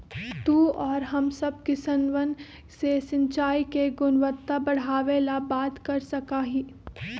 तू और हम सब किसनवन से सिंचाई के गुणवत्ता बढ़ावे ला बात कर सका ही